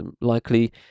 likely